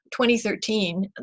2013